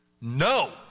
no